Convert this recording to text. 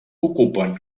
ocupen